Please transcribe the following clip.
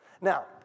Now